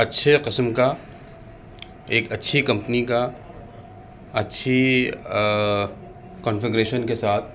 اچھے قسم کا ایک اچھی کمپنی کا اچھی کانفیگریشن کے ساتھ